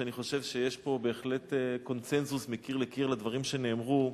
שאני חושב שיש פה בהחלט קונסנזוס מקיר לקיר לדברים שנאמרו,